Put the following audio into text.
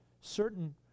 certain